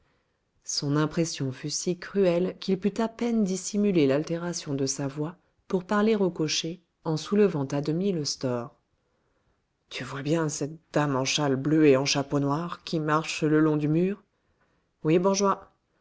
son impression fut si cruelle qu'il put à peine dissimuler l'altération de sa voix pour parler au cocher en soulevant à demi le store tu vois bien cette dame en châle bleu et en chapeau noir qui marche le long du mur oui bourgeois